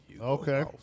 Okay